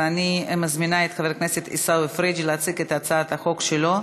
ואני מזמינה את חבר הכנסת עיסאווי פריג' להציג את הצעת החוק שלו: